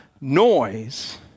noise